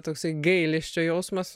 toksai gailesčio jausmas